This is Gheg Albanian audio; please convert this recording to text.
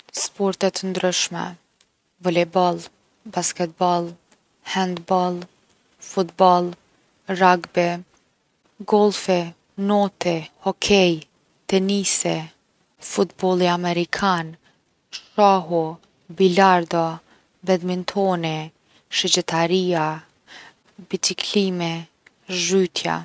Sporte t’ndryshme, volejboll, basketboll, hendboll, fuboll, ragbi, gollfi, noti, hokej, tenisi, futbolli amerikan, shahu, bilardo, bedmintoni, shigjetaria, biçiklimi, zhytja.